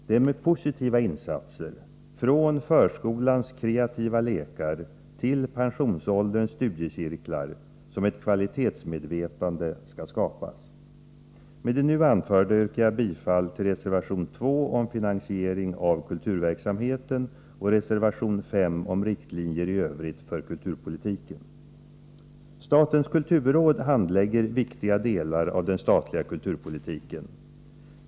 Det är med positiva insatser, från förskolans kreativa lekar till pensionålderns studiecirklar, som ett kvalitetsmedvetande skall skapas. Med det nu anförda yrkar jag bifall till reservation 2 om finansiering av kulturverksamheten och reservation 5 om riktlinjer i övrigt för kulturpolitiken. Statens kulturråd handlägger viktiga delar av den statliga kulturpolitiken.